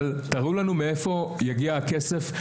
אבל תראו לנו מאיפה יגיע הכסף,